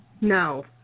No